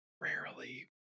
rarely